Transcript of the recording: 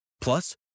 Plus